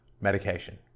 medication